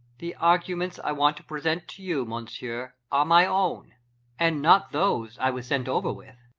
the arguments i want to present to you, monsieur, are my own and not those i was sent over with.